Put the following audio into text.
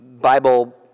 Bible